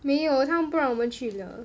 没有他们不让我们去了